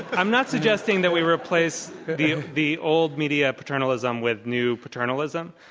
i'm not suggesting that we replace the ah the old media paternalism with new paternalism.